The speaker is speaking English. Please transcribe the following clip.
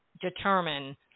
determine